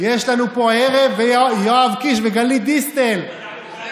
ואת יואב קיש ואת גלית דיסטל הכוכבת.